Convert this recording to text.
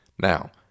Now